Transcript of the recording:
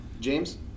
James